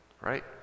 Right